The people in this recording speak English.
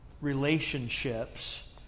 relationships